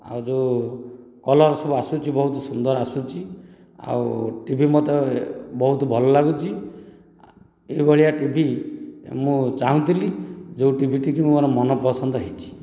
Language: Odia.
ଆଉ ଯେଉଁ କଲର ସବୁ ଆସୁଛି ବହୁତ ସୁନ୍ଦର ଆସୁଛି ଆଉ ଟିଭି ମୋତେ ବହୁତ ଭଲ ଲାଗୁଛି ଏହିଭଳିଆ ଟିଭି ମୁଁ ଚାହୁଁଥିଲି ଯେଉଁ ଟିଭି ଟିକି ମୋର ମନ ପସନ୍ଦ ହୋଇଛି